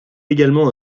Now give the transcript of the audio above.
également